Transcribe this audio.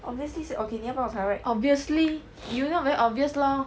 obviously 是 okay 你要帮我擦 right